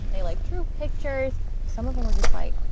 they, like, drew pictures. some of them were just like,